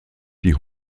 die